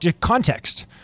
context